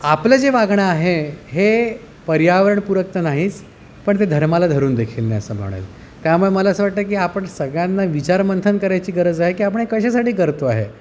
आपलं जे वागणं आहे हे पर्यावरणपूरक तर नाहीच पण ते धर्माला धरून देखील नाही असं म्हणेल त्यामुळे मला असं वाटतं की आपण सगळ्यांना विचारमंथन करायची गरज आहे की आपण हे कशासाठी करतो आहे